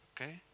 okay